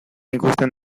ikusten